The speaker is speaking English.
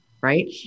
right